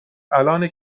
الانه